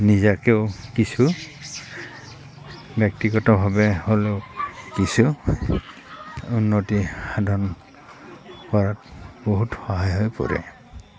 নিজাকেও কিছু ব্যক্তিগতভাৱে হ'লেও কিছু উন্নতি সাধন কৰাত বহুত সহায় হৈ পৰে